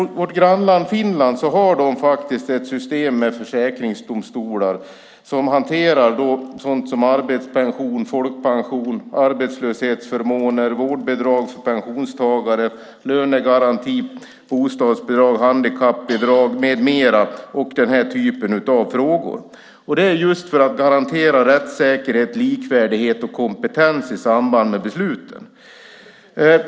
I vårt grannland Finland finns det ett system med försäkringsdomstolar som hanterar sådant som arbetspension, folkpension, arbetslöshetsförmåner, vårdbidrag för pensionstagare, lönegaranti, bostadsbidrag, handikappbidrag med mera och den typen av frågor - detta just för att garantera rättssäkerhet, likvärdighet och kompetens i samband med besluten.